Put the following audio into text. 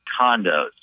condos